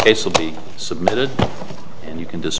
case will be submitted and you can just